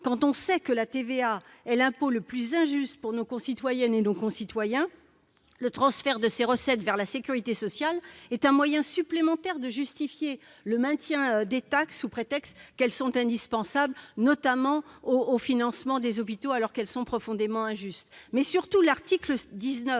Quand on sait que la TVA est l'impôt le plus injuste pour nos concitoyennes et nos concitoyens, le transfert de ses recettes vers la sécurité sociale est un moyen supplémentaire de justifier le maintien de taxes, sous prétexte qu'elles sont indispensables, notamment au financement des hôpitaux. Surtout, l'article 19